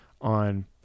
on